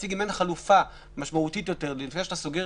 להציג אם אין חלופה משמעותית יותר לפני שאתה סוגר